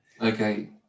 Okay